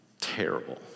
terrible